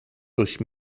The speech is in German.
durch